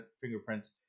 fingerprints